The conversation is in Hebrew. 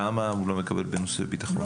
למה הוא לא מקבל בנושא ביטחון?